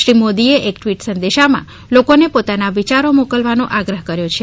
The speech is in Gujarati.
શ્રી મોદીએ એક ટ્વીટ સંદેશામાં લોકોને પોતાના વિચારો મોકલવાનો આગ્રહ કર્યો છે